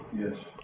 Yes